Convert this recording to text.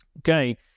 Okay